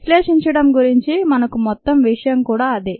విశ్లేషించడంగురించి మనకు మొత్తం విషయం కూడా అదే